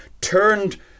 turned